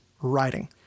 writing